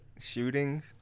shooting